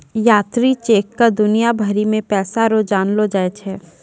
यात्री चेक क दुनिया भरी मे पैसा रो जानलो जाय छै